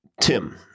Tim